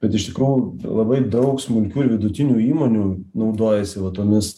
bet iš tikrųjų labai daug smulkių ir vidutinių įmonių naudojasi va tomis